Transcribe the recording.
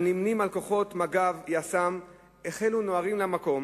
הנמנים על כוחות מג"ב, יס"מ, החלו נוהרים למקום.